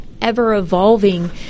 ever-evolving